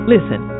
Listen